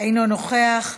אינו נוכח.